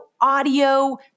audio